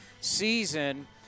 season